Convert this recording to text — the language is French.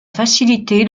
facilité